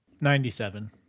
Ninety-seven